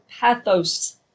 pathos